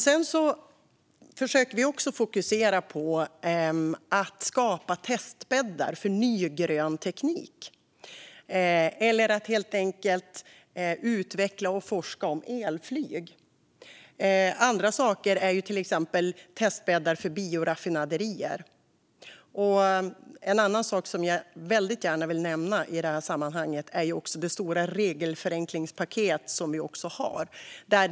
Vi försöker också fokusera på att skapa testbäddar för ny grön teknik eller helt enkelt på att utveckla och forska om elflyg. Andra saker är till exempel testbäddar för bioraffinaderier. En annan sak som jag väldigt gärna vill nämna i sammanhanget är det stora regelförenklingspaket som vi har.